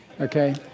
Okay